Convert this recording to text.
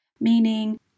meaning